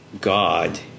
God